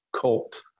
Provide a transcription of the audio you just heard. cult